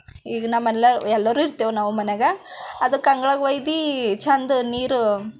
ಈಗ ನಮ್ಮನೇಲಿ ಎಲ್ಲರೂ ಇರ್ತೇವೆ ನಾವು ಮನ್ಯಾಗ ಅದಕ್ಕೆ ಅಂಗ್ಳಗ್ ಒಯ್ದು ಚೆಂದ ನೀರು